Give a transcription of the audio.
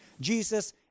Jesus